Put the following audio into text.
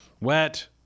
Wet